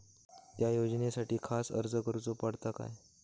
त्या योजनासाठी खास अर्ज करूचो पडता काय?